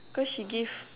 cause she give